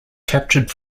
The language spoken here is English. captured